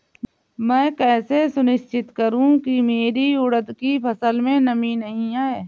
मैं कैसे सुनिश्चित करूँ की मेरी उड़द की फसल में नमी नहीं है?